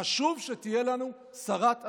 חשוב שתהיה לנו שרת הסברה.